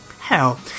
hell